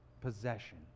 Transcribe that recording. possession